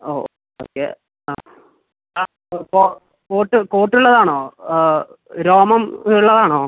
ഓ okay ആ ആ ഇപ്പോൾ കോട്ട് കോട്ട് ഉള്ളത് ആണോ രോമം ഉള്ളതാണോ